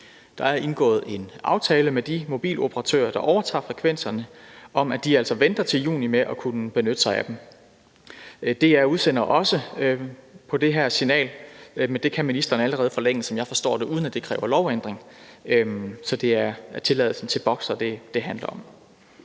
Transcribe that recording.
Der er indgået en aftale med de mobiloperatører, der overtager frekvenserne, om, at de altså venter til juni med at kunne benytte sig af dem. DR udsender også på det her signal, men der kan ministeren allerede forlænge tilladelsen, sådan som jeg forstår det, uden at det kræver lovændring. Så det er tilladelsen til Boxer, det handler om.